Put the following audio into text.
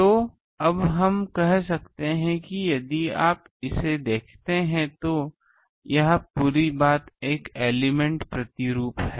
तो अब हम कह सकते हैं कि यदि आप इसे देखें तो यह पूरी बात एक एलिमेंट् प्रतिरूप है